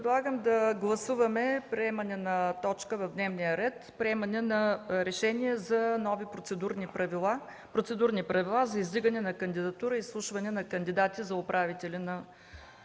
Предлагам първо да гласуваме приемане на точка в дневния ред – Приемане на Решение за нови процедурни правила за издигане на кандидатури и изслушване на кандидати за управител на